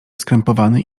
skrępowany